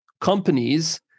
companies